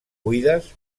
buides